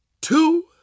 two